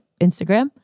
Instagram